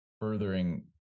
furthering